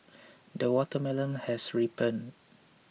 the watermelon has ripened